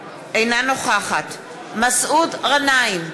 אינה נוכחת מסעוד גנאים,